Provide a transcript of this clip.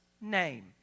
name